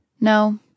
No